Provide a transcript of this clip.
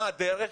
מה הדרך?